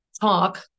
talk